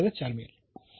म्हणून आपल्याला 4 मिळेल